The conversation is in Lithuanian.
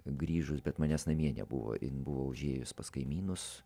grįžus bet manęs namie nebuvo jin buvo užėjus pas kaimynus